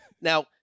Now